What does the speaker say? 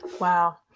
Wow